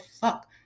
fuck